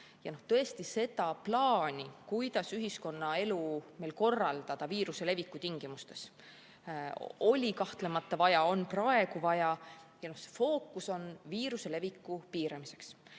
Tõesti, seda plaani, kuidas ühiskonnaelu korraldada viiruse leviku tingimustes, oli kahtlemata vaja ja on ka praegu vaja. Selle fookus on viiruse leviku piiramisel.